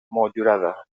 motllurada